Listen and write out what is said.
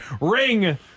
Ring